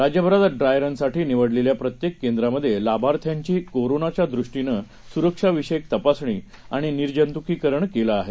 राज्यभरात dry run साठी निवडलेल्या प्रत्येक केंद्रांमधे लाभार्थ्यांची कोरोनाच्यादृष्टीनं सुरक्षाविषक तपासणी आणि निर्जंतुकीकरण केलं गेलं